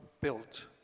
built